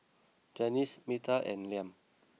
Janyce Myrta and Liam